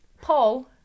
Paul